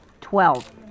Twelve